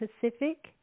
Pacific